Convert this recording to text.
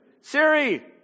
Siri